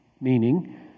Meaning